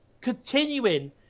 continuing